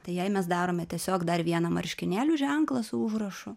tai jei mes darome tiesiog dar vieną marškinėlių ženklą su užrašu